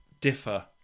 differ